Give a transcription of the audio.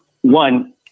one